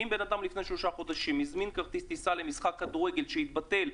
אם לפני שלושה חודשים אדם הזמין כרטיס טיסה למשחק כדורגל שהתבטל,